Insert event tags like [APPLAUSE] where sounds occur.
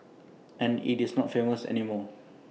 [NOISE] and IT is not famous anymore [NOISE]